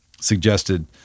suggested